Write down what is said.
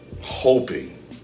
hoping